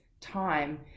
time